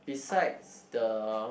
besides the